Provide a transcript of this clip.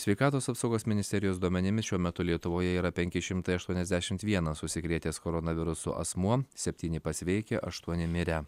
sveikatos apsaugos ministerijos duomenimis šiuo metu lietuvoje yra penki šimtai aštuoniasdešimt vienas užsikrėtęs koronavirusu asmuo septyni pasveikę aštuoni mirę